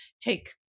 take